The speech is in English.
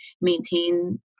maintain